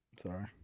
Sorry